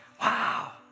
wow